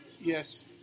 Yes